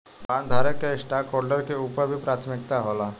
बॉन्डधारक के स्टॉकहोल्डर्स के ऊपर भी प्राथमिकता होला